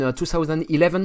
2011